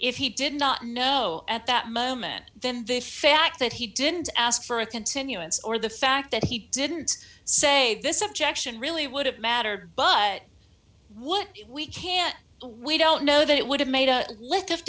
if he did not know at that moment then the fact that he didn't ask for a continuance or the fact that he didn't say this objection really wouldn't matter but what we can't we don't know that it would have made a lick of